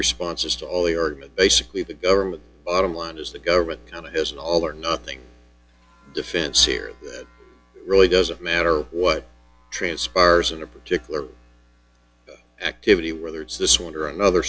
responses to all the argument basically the government bottom line is the government kind of has an all or nothing defense here that really doesn't matter what transpires in a particular activity whether it's this one or another